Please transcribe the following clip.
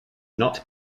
not